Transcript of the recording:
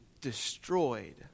destroyed